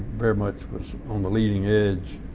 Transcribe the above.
very much was on the leading edge